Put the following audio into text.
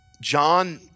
John